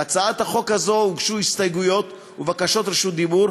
להצעת החוק הזו הוגשו הסתייגויות ובקשות רשות דיבור.